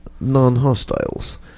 non-hostiles